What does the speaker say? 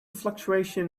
fluctuation